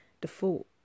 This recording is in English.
default